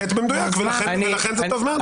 הוא ציטט במדויק ולכן זה טוב מאוד.